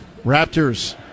Raptors